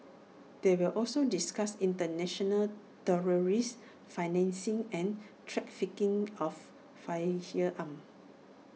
they will also discuss International terrorist financing and trafficking of firearms